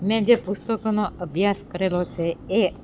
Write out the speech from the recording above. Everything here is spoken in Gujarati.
મેં જે પુસ્તકોનો અભ્યાસ કરેલો છે એ